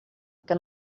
que